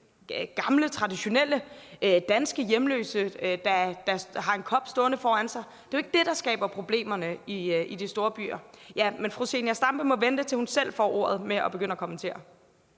gamle traditionelle danske hjemløse, der har en kop stående foran sig, der skaber problemerne i de store byer. Ja, men fru Zenia Stampe må vente, til hun selv får ordet, med at begynde at kommentere.